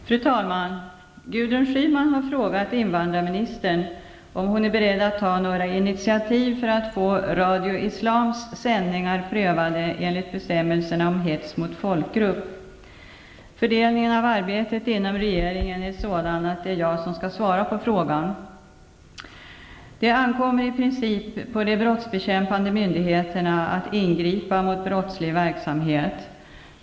Fru talman! Gudrun Schyman har frågat invandrarministern om hon är beredd att ta några initiativ för att få Radio Islams sändningar prövade enligt bestämmelserna om hets mot folkgrupp. Fördelningen av arbetet inom regeringen är sådan att det är jag som skall svara på frågan. Det ankommer i princip på de brottsbekämpande myndigheterna att ingripa mot brottslig verksamhet.